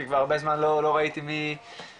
כי כבר הרבה זמן לא ראיתי מי איתנו.